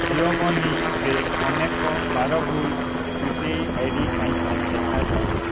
ଜିଓ ମନିରେ ଅନେକ ବାର ଭୁଲ୍ ୟୁ ପି ଆଇ ଆଇଡ଼ି କାହିଁକି ଦେଖାଯାଉଛି